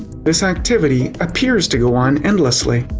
this activity appears to go on endlessly.